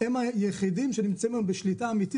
הם היחידים שנמצאים היום בשליטה אמיתית